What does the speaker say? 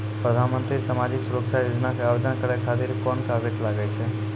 प्रधानमंत्री समाजिक सुरक्षा योजना के आवेदन करै खातिर कोन कागज लागै छै?